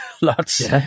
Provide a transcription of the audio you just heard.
Lots